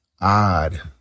odd